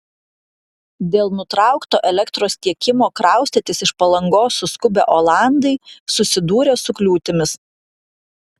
dėl nutraukto elektros tiekimo kraustytis iš palangos suskubę olandai susidūrė su kliūtimis